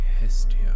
Hestia